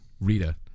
Rita